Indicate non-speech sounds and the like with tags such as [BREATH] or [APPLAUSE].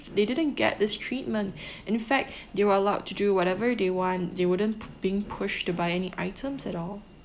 they didn't get this treatment [BREATH] in fact [BREATH] they were allowed to do whatever they want they wouldn't pu~ being pushed to buy any items at all